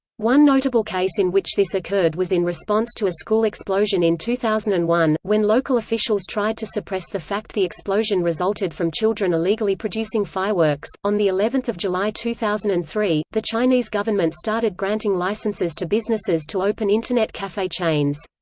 one notable case in which this occurred was in response to a school explosion in two thousand and one, when local officials tried to suppress the fact the explosion resulted from children illegally producing fireworks on eleven july two thousand and three, the chinese government started granting licenses to businesses to open internet cafe chains.